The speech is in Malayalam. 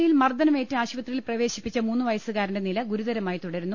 ആലുവയിൽ മർദ്ദനമേറ്റ് ആശുപത്രിയിൽ പ്രവേശിപ്പിച്ച മൂന്നു വയസ്സുകാരന്റെ നില ഗുരുതരമായി തുടരുന്നു